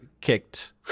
kicked